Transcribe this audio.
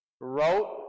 wrote